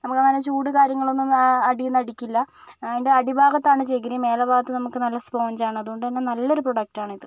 നമുക്ക് അങ്ങനെ ചൂട് കാര്യങ്ങൾ ഒന്നും അ അടിയിൽ നിന്ന് അടിക്കില്ല അതിൻ്റെ അടി ഭാഗത്താണ് ചകിരി മുകൾ ഭാഗത്ത് സ്പോഞ്ച് ആണ് അതുകൊണ്ടുതന്നെ അത് നല്ലൊരു പ്രോഡക്റ്റ് ആണ് ഇത്